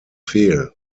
fehl